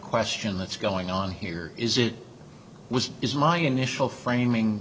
question that's going on here is it was is my initial framing